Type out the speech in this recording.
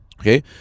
okay